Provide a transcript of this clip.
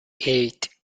eight